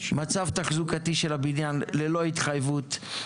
מצב תחזוקתי של הבניין ללא התחייבות,